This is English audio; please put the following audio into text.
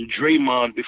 Draymond